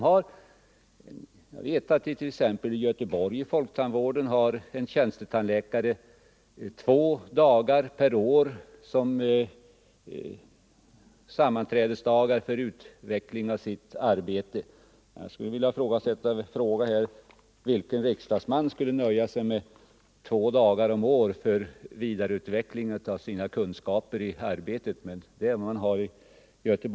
Jag vet att t.ex. på folktandvården i Göteborg har en tjänstetandläkare två dagar per år reserverade som sammanträdesdagar för utveckling av sitt arbete. Jag undrar vilken riksdagsman som skulle nöja sig med två dagar om året för vidareutveckling av sina kunskaper i arbetet på samma sätt som tjänstetandläkarna i Göteborg.